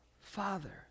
Father